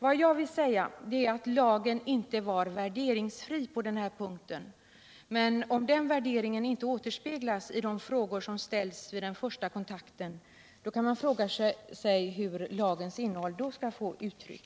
Vad jag vill säga är att lagen inte var värderingsfri på den här punkten, men om den värderingen inte återspeglas i de frågor som ställs vid den första kontakten, hur skall då lagens innehåll få uttryck?